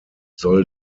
soll